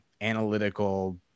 analytical